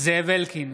זאב אלקין,